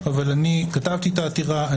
אבל כתבתי את העתירה,